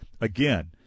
Again